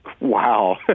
Wow